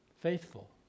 faithful